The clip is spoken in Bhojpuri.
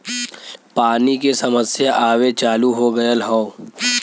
पानी के समस्या आवे चालू हो गयल हौ